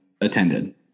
attended